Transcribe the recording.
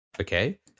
Okay